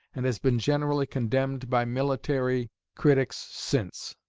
and has been generally condemned by military critics since.